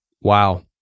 wow